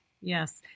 Yes